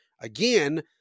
Again